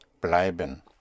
Bleiben